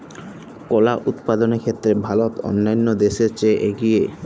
কলা উৎপাদনের ক্ষেত্রে ভারত অন্যান্য দেশের চেয়ে এগিয়ে